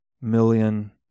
million